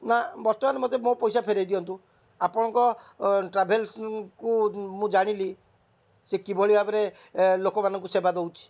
ନା ବର୍ତ୍ତମାନ ମୋତେ ମୋ ପଇସା ଫେରାଇ ଦିଅନ୍ତୁ ଆପଣଙ୍କ ଟ୍ରାଭେଲସ୍କୁ ମୁଁ ଜାଣିଲି ସେ କିଭଳି ଭାବରେ ଲୋକମାନଙ୍କୁ ସେବା ଦେଉଛି